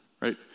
right